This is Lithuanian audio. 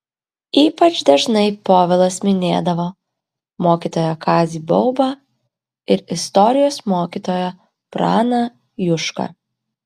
ypač dažnai povilas minėdavo mokytoją kazį baubą ir istorijos mokytoją praną jušką